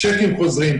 צ'קים חוזרים,